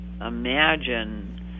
imagine